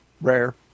rare